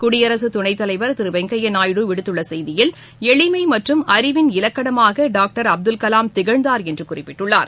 குடியரசு துணைத்தலைவர் திரு வெங்கையா நாயுடு விடுத்துள்ள செய்தியில் எளிமை மற்றும் அறிவின் இலக்கணமாக டாக்டர் அப்துல் கலாம் திகழ்ந்தார் என்று குறிப்பிட்டுள்ளார்